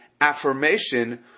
affirmation